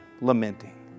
lamenting